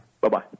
bye-bye